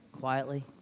quietly